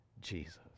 Jesus